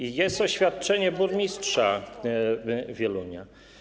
I jest oświadczenie burmistrza Wielunia.